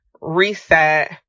reset